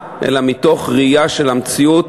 אלא מתוך ראייה של המציאות.